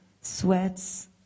sweats